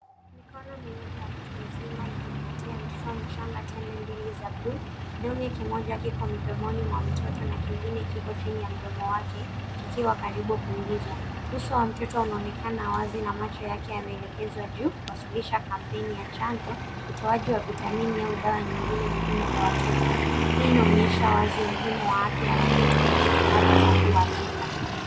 Mikono miwili ya mtu mzima ikimpatia mtoto mchanga tembe mbili za bluu. Kidole kimoja kipo mdomoni mwa mtoto na kingine kipo chini ya mdomo wake kikiwa karibu kuingizwa. Uso wa mtoto unaonekana wazi na macho yake yameelekezwa juu kuwasilisha kampeni ya chanjo, utoaji wa vitamini au dawa nyingine muhimu kwa watoto. Hii inaonyesha wazi umuhimu wa afya ya watoto na jitihada za kuwalinda.